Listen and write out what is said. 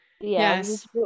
Yes